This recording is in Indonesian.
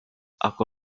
aku